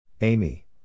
Amy